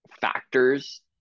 factors